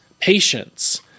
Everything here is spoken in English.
patience